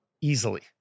easily